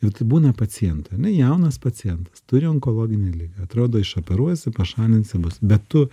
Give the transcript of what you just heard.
ir tai būna pacientų ane jaunas pacientas turi onkologinę ligą atrodo išoperuosi pašalinsi bus bet tu